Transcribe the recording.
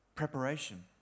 preparation